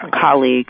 colleague